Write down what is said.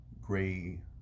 gray